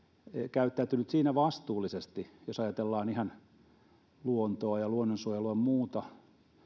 käyttäytynyt siinä vastuullisesti jos ajatellaan ihan luontoa ja luonnonsuojelua ja muuta